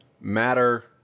matter